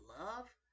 love